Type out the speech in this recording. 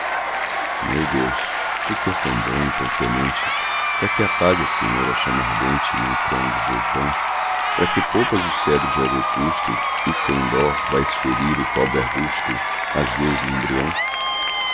meu deus tu que és tão bom e tão clemente pra que apagas senhor a chama ardente num crânio de vulcão pra que poupas o cedro já vetusto e sem dó vais ferir o pobre arbusto às vezes no embrião